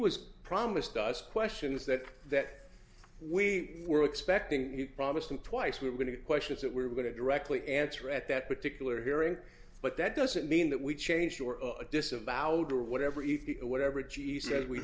was promised us questions that that we were expecting he promised him twice we were going to be questions that were going to directly answer at that particular hearing but that doesn't mean that we changed or disavowed or whatever eat whatever